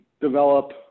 develop